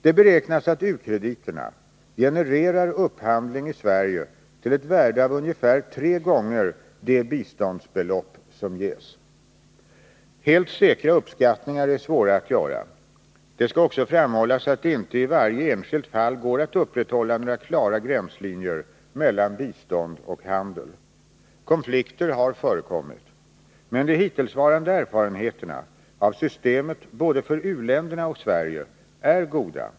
Det beräknas att u-krediterna genererar upphandling i Sverige till ett värde av ungefär tre gånger de biståndsbelopp som ges. Helt säkra uppskattningar är svåra att göra. Det skall också framhållas att det inte i varje enskilt fall går att upprätthålla några klara gränslinjer mellan bistånd och handel. Konflikter har förekommit. Men de hittillsvarande erfarenheterna av systemet både för u-länderna och för Sverige är goda.